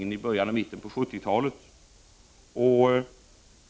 Det var i början eller i mitten av 1970-talet.